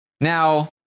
Now